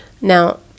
Now